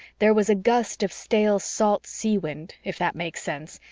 there was a gust of stale salt seawind, if that makes sense,